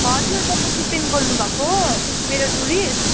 हजुर तपाईँ दिपेन बोल्नुभएको मेरो टुरिस्ट